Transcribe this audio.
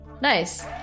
Nice